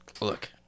look